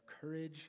courage